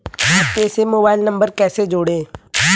खाते से mobile number कैसे जोड़ें?